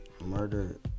Murder